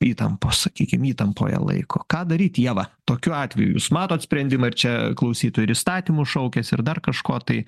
įtampos sakykim įtampoje laiko ką daryt ieva tokiu atveju jūs matot sprendimą ar čia klausytojų ir įstatymų šaukėsi ir dar kažko tai